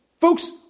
folks